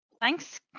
Thanks